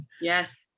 Yes